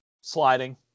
sliding